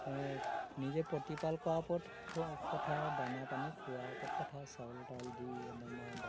নিজে প্ৰতিপাল কৰাৰ ওপৰত কথা দানা পানী খোৱাৰ ওপৰত কথা চাউল টাউল দি একদম আৰু